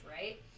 right